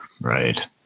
Right